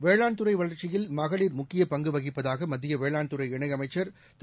வேளாண்துறை வளர்ச்சியில் மகளிர் முக்கியப் பங்கு வகிப்பதாக மத்திய வேளாண்துறை இணையமைச்சர் திரு